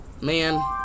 man